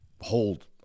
hold